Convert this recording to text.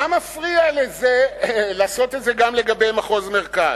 מה מפריע לעשות את זה גם לגבי מחוז מרכז?